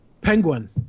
Penguin